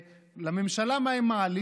ולממשלה, מה הם מעלים?